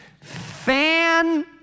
fan